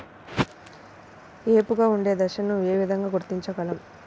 ఏపుగా ఉండే దశను ఏ విధంగా గుర్తించగలం?